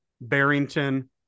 Barrington